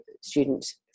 students